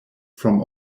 from